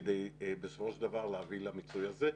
כדי בסופו של דבר להביא למיצוי הזה.